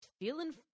feeling